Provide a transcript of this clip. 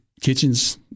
kitchens